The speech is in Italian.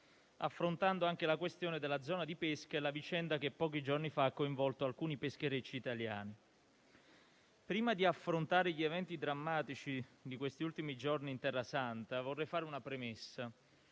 affrontando anche la questione della zona di pesca e la vicenda che pochi giorni fa ha coinvolto alcuni pescherecci italiani. Prima di affrontare gli eventi drammatici degli ultimi giorni in Terrasanta, vorrei fare una premessa.